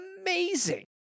amazing